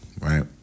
right